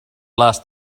last